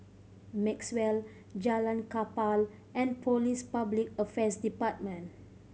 Maxwell Jalan Kapal and Police Public Affairs Department